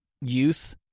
youth